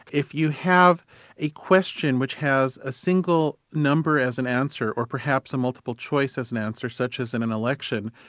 if you have a question which has a single number as an answer, or perhaps a multiple choice as an answer, such as in an election,